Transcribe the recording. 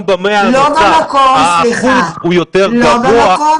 אם ב-100 הנוספים האחוז הוא יותר גבוה --- לא במקום,